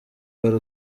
wari